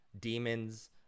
demons